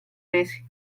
mesi